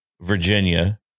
Virginia